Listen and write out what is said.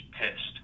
pissed